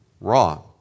wrong